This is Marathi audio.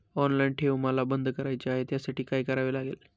ऑनलाईन ठेव मला बंद करायची आहे, त्यासाठी काय करावे लागेल?